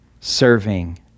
serving